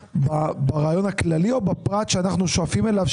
ברעיון הכללי או בפרט שאנחנו שואפים אליו,